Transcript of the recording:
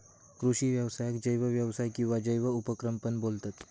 कृषि व्यवसायाक जैव व्यवसाय किंवा जैव उपक्रम पण बोलतत